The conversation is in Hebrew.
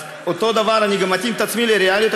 אז אותו דבר, גם אני מתאים את עצמי לריאליות.